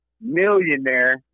millionaire